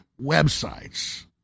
websites